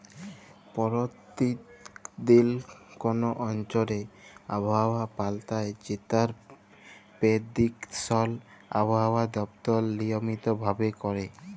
পরতিদিল কল অঞ্চলে আবহাওয়া পাল্টায় যেটর পেরডিকশল আবহাওয়া দপ্তর লিয়মিত ভাবে ক্যরে